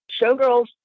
Showgirls